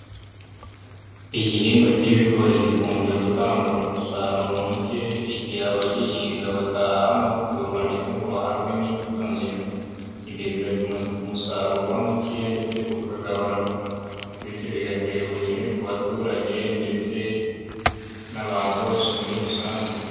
Igihingwa k'ibigori gikunze gutanga umusaruro muke, igihe abagihinga batahawe amahugurwa ndetse ngo bahabwe n'imbuto nzima. Ibyo bigatuma umusaruro uba mukeya ndetse ukagabanuka. Bityo bigatera ubukene ku baturage ndetse n'abantu bose muri rusange.